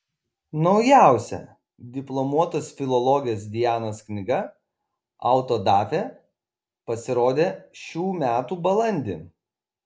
naujausia diplomuotos filologės dianos knyga autodafė pasirodė šių metų balandį